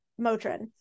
motrin